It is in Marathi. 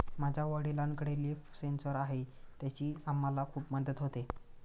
माझ्या वडिलांकडे लिफ सेन्सर आहे त्याची आम्हाला खूप मदत होते